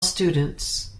students